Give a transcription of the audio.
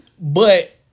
But-